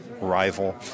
rival